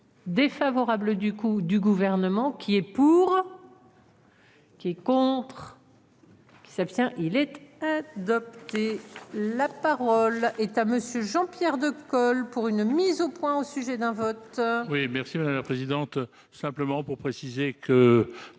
Défavorable du coup du gouvernement qui est. Pour. Qui est contre. Qui s'abstient il était. Adopté la parole. Est à monsieur Jean-Pierre de colle pour une mise au point, au sujet d'un vote.